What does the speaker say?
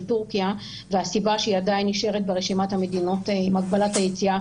של טורקיה והסיבה שהיא עדיין נשארת ברשימת המדינות עם הגבלת היציאה